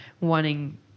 wanting